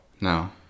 No